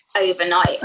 overnight